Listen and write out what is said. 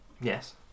Yes